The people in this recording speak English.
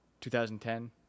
2010